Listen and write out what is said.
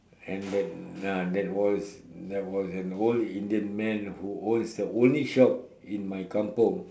and then uh there was there was an old Indian man who owns the only shop in my kampung